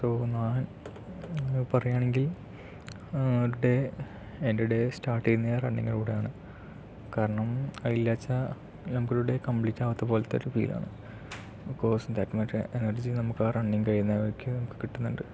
so ഞാൻ പറയാണെങ്കിൽ day എൻ്റെ ഡേ സ്റ്റാർട്ട് ചെയ്യുന്നത് റണ്ണിങ്ങിലൂടെയാണ് കാരണം അതില്ലാച്ചാൽ നമുക്കൊരു ഡേ കമ്പ്ലീറ്റ് ആകാത്ത പോലത്തെ ഒരു ഫീൽ ആണ് ബികോസ് ദാറ്റ് മച്ച് എനർജി നമുക്കാ റണ്ണിങ് കഴിയുന്ന വരേയ്ക്ക് നമുക്ക് കിട്ടുന്നുണ്ട്